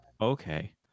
Okay